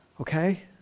Okay